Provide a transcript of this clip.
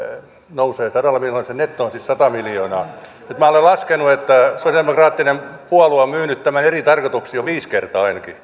nousee sadalla miljoonalla se netto on siis sata miljoonaa minä olen laskenut että sosialidemokraattinen puolue on myynyt tämän eri tarkoituksiin jo viisi kertaa ainakin